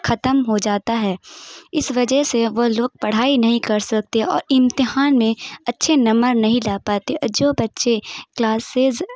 ختم ہو جاتا ہے اس وجہ سے وہ لوگ پڑھائی نہیں کر سکتے اور امتحان میں اچّھے نمبر نہیں لا پاتے آ جو بّچے کلاسز